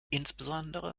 insbesondere